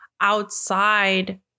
outside